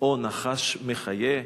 או נחש מחיה?"